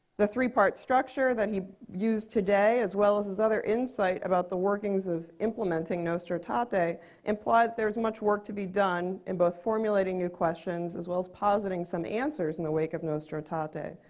the three part structure that you used today, as well as his other insight about the workings of implementing nostra aetate ah aetate imply that there's much work to be done in both formulating new questions as well as positing some answers in the wake of nostra but aetate.